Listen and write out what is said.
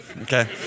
okay